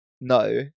no